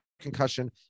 concussion